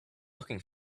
looking